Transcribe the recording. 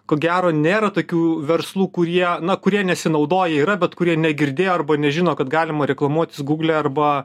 ko gero nėra tokių verslų kurie na kurie nesinaudoja yra bet kurie negirdėjo arba nežino kad galima reklamuotis gugle arba